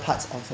parts of the